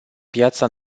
piața